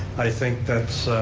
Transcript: i think that's,